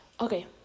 okay